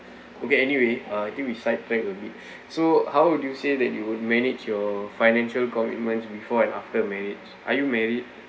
okay anyway uh I think we sidetrack a bit so how do you say that you would manage your financial commitments before and after married are you married